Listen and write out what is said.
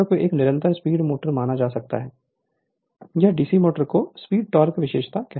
motor को एक निरंतर स्पीड मोटर माना जा सकता है यह डीसी मोटर्स की स्पीड टोक़ विशेषता है